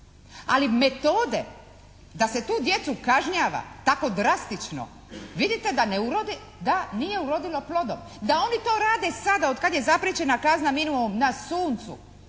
Ali metode da se tu djecu kažnjava tako drastično, vidite da nije urodilo plodom. Da oni to rade sada od kad je zapriječena kazna minimum, na suncu,